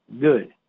good